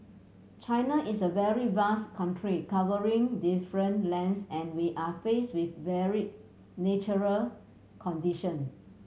China is a very vast country covering different lands and we are faced with varied natural condition